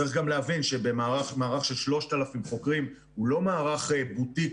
צריך גם להבין שמערך של 3,000 חוקרים הוא לא מערך בוטיק